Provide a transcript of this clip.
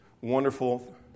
wonderful